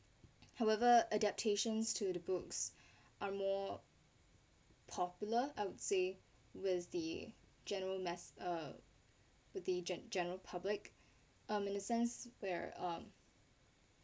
however adaptations to the books are more popular I would say where's the general mass uh with the ge~ general public um in a sense where um